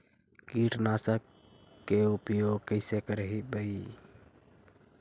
कीटनाशक के उपयोग कैसे करबइ?